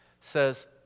says